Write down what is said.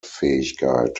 fähigkeit